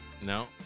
No